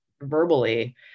verbally